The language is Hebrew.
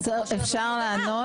אפשר לענות?